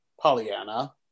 Pollyanna